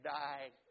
died